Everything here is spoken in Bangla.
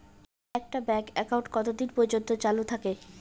একটা ব্যাংক একাউন্ট কতদিন পর্যন্ত চালু থাকে?